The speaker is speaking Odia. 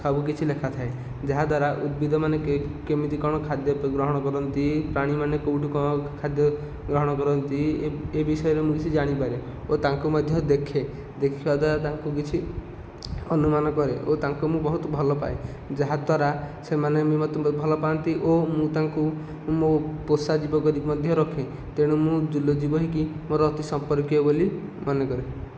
ସବୁକିଛି ଲେଖାଥାଏ ଯାହାଦ୍ଵାରା ଉଦ୍ଭିଦମାନେ କେମିତି କ'ଣ ଖାଦ୍ୟ ଗ୍ରହଣ କରନ୍ତି ପ୍ରାଣୀମାନେ କେଉଁଠୁ କ'ଣ ଖାଦ୍ୟ ଗ୍ରହଣ କରନ୍ତି ଏ ବିଷୟରେ ମୁଁ କିଛି ଜାଣିପାରେ ଓ ତାଙ୍କୁ ମଧ୍ୟ ଦେଖେ ଦେଖିବା ଦ୍ୱାରା ତାଙ୍କୁ କିଛି ଅନୁମାନ କରେ ଓ ତାଙ୍କୁ ମୁଁ ବହୁତ ଭଲପାଏ ଯାହାଦ୍ୱାରା ସେମାନେ ବି ମୋତେ ବ ଭଲପାଆନ୍ତି ଓ ମୁଁ ତାଙ୍କୁ ମୋ ପୋଷା ଜୀବ କରିକି ମଧ୍ୟ ରଖେ ତେଣୁ ମୁଁ ଜୁଲୋଜୀ ବହିକି ମୋର ଅତି ସମ୍ପର୍କୀୟ ବୋଲି ମନେ କରେ